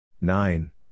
Nine